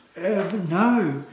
No